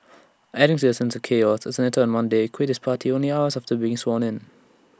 adding to the sense of chaos A senator on Monday quit his party only hours after being sworn in